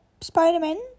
Spider-Man